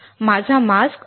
माझा मास्क असे दिसेल